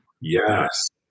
Yes